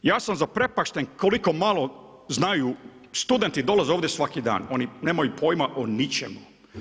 Ja sam zaprepašten koliko malo znaju, studentu dolaze ovdje svaki dan, oni nemaju pojma o ničemu.